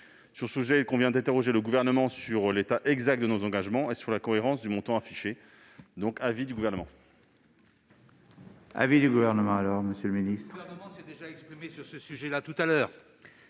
Sur ce sujet, il convient d'interroger le Gouvernement sur l'état exact de nos engagements et sur la cohérence du montant affiché. Nous souhaitons